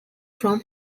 from